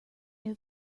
have